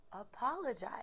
apologize